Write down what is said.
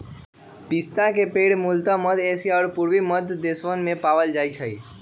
पिस्ता के पेड़ मूलतः मध्य एशिया और पूर्वी मध्य देशवन में पावल जा हई